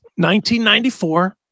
1994